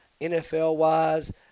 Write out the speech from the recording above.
NFL-wise –